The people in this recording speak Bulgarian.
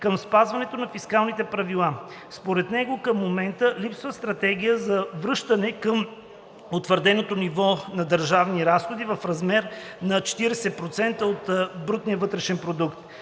към спазването на фискалните правила. Според него към момента липсва стратегия за връщане към утвърденото ниво на държавните разходи в размер на 40% от БВП. Фискалният